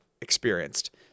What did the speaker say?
experienced